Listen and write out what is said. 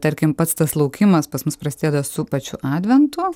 tarkim pats tas laukimas pas mus prasideda su pačiu adventu